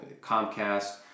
Comcast